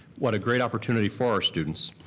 what a great opportunity for our students.